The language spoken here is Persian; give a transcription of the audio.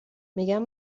میگم